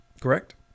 Correct